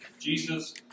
Jesus